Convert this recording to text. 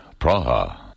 Praha